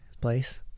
place